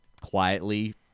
quietly